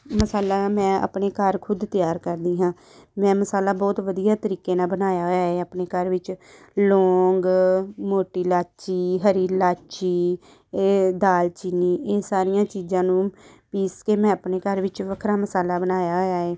ਮਸਾਲਾ ਮੈਂ ਆਪਣੇ ਘਰ ਖੁਦ ਤਿਆਰ ਕਰਦੀ ਹਾਂ ਮੈਂ ਮਸਾਲਾ ਬਹੁਤ ਵਧੀਆ ਤਰੀਕੇ ਨਾਲ਼ ਬਣਾਇਆ ਹੋਇਆ ਹੈ ਆਪਣੇ ਘਰ ਵਿੱਚ ਲੋਂਗ ਮੋਟੀ ਇਲਾਚੀ ਹਰੀ ਇਲਾਚੀ ਏ ਦਾਲਚੀਨੀ ਇਹ ਸਾਰੀਆਂ ਚੀਜ਼ਾਂ ਨੂੰ ਪੀਸ ਕੇ ਮੈਂ ਆਪਣੇ ਘਰ ਵਿੱਚ ਵੱਖਰਾ ਮਸਾਲਾ ਬਣਾਇਆ ਹੋਇਆ ਹੈ